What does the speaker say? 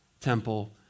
temple